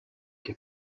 que